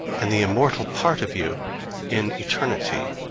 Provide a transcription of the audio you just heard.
and the immortal part of you in eternity.